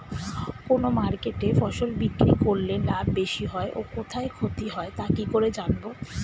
কোন মার্কেটে ফসল বিক্রি করলে লাভ বেশি হয় ও কোথায় ক্ষতি হয় তা কি করে জানবো?